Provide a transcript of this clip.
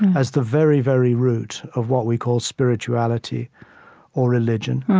as the very, very root of what we call spirituality or religion.